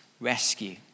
rescue